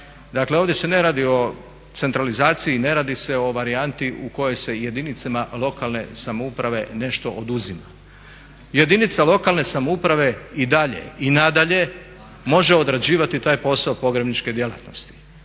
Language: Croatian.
Dakle, ovdje se ne radi o centralizaciji, ne radi se o varijanti u kojoj se jedinicama lokalne samouprave nešto oduzima. Jedinica lokalne samouprave i dalje, i nadalje može odrađivati taj posao pogrebničke djelatnosti.